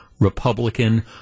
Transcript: Republican